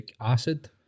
acid